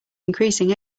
increasing